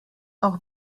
auch